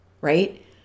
right